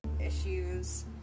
issues